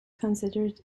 considered